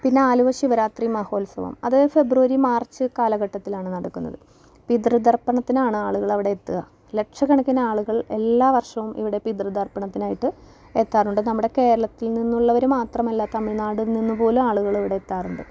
പിന്നെ ആലുവ ശിവരാത്രി മഹോത്സവം അത് ഫെബ്രുവരി മാർച്ച് കാലഘട്ടത്തിലാണ് നടക്കുന്നത് പിതൃതർപ്പണത്തിനാണ് ആളുകള് അവിടെ എത്തുക ലക്ഷകണക്കിനാളുകൾ എല്ലാ വർഷവും ഇവിടെ പിതൃതർപ്പണത്തിനായിട്ട് എത്താറുണ്ട് നമ്മുടെ കേരളത്തിൽ നിന്നുള്ളവര് മാത്രമല്ല തമിഴ് നാട് നിന്ന് പോലും ആളുകളിവിടെ എത്താറുണ്ട്